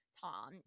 Tom